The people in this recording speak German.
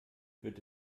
wird